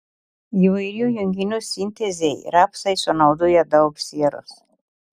įvairių junginių sintezei rapsai sunaudoja daug sieros